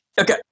Okay